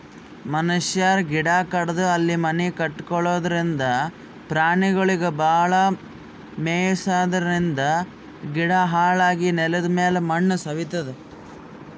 ಮನಶ್ಯಾರ್ ಗಿಡ ಕಡದು ಅಲ್ಲಿ ಮನಿ ಕಟಗೊಳದ್ರಿಂದ, ಪ್ರಾಣಿಗೊಳಿಗ್ ಭಾಳ್ ಮೆಯ್ಸಾದ್ರಿನ್ದ ಗಿಡ ಹಾಳಾಗಿ ನೆಲದಮ್ಯಾಲ್ ಮಣ್ಣ್ ಸವಿತದ್